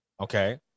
Okay